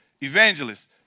evangelists